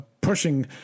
pushing